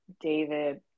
David